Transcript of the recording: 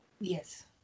yes